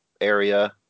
area